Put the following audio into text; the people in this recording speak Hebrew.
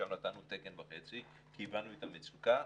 שם נתנו תקן וחצי כי הבנו את המצוקה.